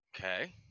okay